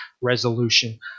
resolution